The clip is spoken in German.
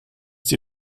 die